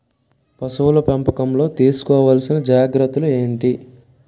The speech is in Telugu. పశువుల పెంపకంలో తీసుకోవల్సిన జాగ్రత్తలు ఏంటి?